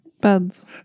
beds